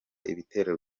ibitero